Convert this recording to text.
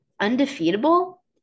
undefeatable